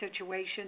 situation